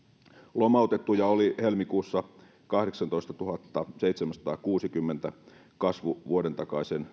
lomautettuja oli helmikuussa kahdeksantoistatuhattaseitsemänsataakuusikymmentä kasvu vuoden takaiseen